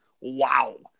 Wow